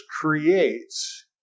creates